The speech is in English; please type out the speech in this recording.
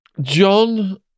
John